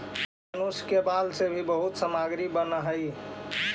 मनुष्य के बाल से भी बहुत सामग्री बनऽ हई